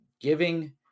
giving